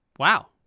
Wow